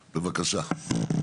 בבקשה.